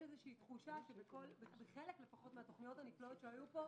יש תחושה שכחלק מהתוכניות הנפלאות שהיו פה,